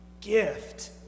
gift